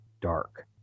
dark